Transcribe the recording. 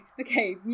okay